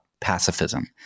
pacifism